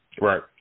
Right